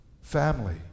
family